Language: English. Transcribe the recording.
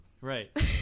Right